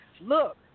look